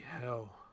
hell